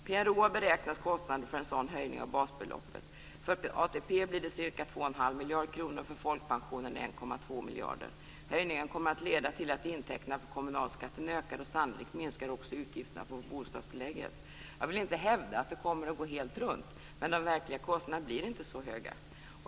PRO har beräknat kostnaderna för en sådan höjning av basbeloppet. För ATP blir det ca 2,5 miljarder kronor och för folkpensionen ca 1,2 miljarder kronor. Höjningen kommer att leda till att intäkterna för kommunalskatten ökar, och sannolikt minskar också utgifterna för bostadstillägget. Jag vill inte hävda att det kommer att gå runt, men de verkliga kostnaderna blir inte så höga.